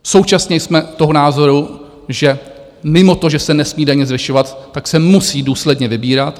Současně jsme toho názoru, že mimo to, že se nesmí daně zvyšovat, tak se musí důsledně vybírat.